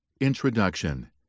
Introduction